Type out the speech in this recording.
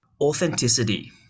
authenticity